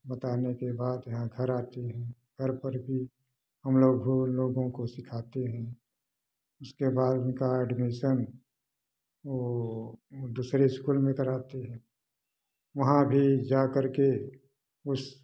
बताने के बाद यहाँ घर आते हैं घर पर भी हम लोग घुह लोगों को सीखाते हैं उसके बाद उनका एडमिशन ओ दूसरे इस्कूल में करते हैं वहाँ भी जाकर के उस